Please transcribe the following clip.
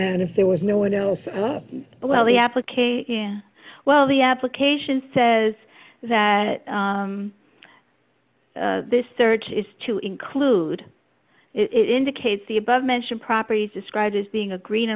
and if there was no one else well the application well the application says that this search is to include it indicates the above mentioned properties described as being a green